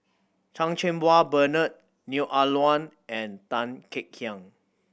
Chan Cheng Wah Bernard Neo Ah Luan and Tan Kek Hiang